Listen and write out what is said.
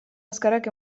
azkarrak